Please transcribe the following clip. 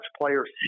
players